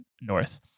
north